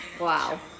Wow